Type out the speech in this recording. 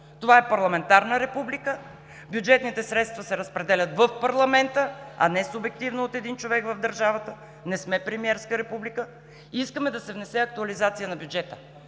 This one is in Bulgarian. Това е парламентарна република. Бюджетните средства се разпределят в парламента, а не субективно, от един човек в държавата. Не сме премиерска република и искаме да се внесе актуализация на бюджета.